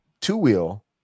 two-wheel